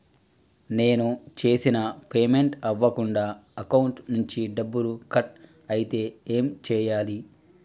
నేను చేసిన పేమెంట్ అవ్వకుండా అకౌంట్ నుంచి డబ్బులు కట్ అయితే ఏం చేయాలి?